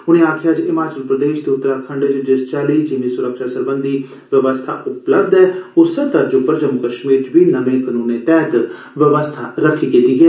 उनें आक्खेआ जे हिमाचल प्रदेश ते उत्तराखंड च जिस चाल्ली जिमीं सुरक्षा सरबंधी बवस्था उपलब्य ऐ उस्सै तर्ज पर जम्मू कश्मीर च बी नमें कनूनें तैह्त बवस्था रखी गेदी ऐ